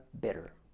bitter